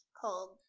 Called